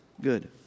good